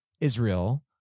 Israel